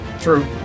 True